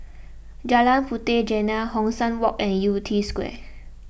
Jalan Puteh Jerneh Hong San Walk and Yew Tee Square